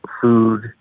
Food